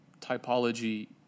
typology